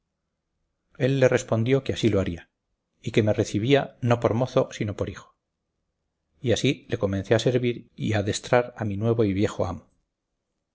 él le respondió que así lo haría y que me recibía no por mozo sino por hijo y así le comencé a servir y adestrar a mi nuevo y viejo amo